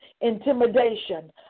intimidation